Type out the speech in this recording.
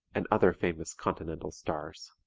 and other famous continental stars.